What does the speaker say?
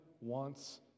wants